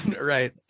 right